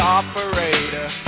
operator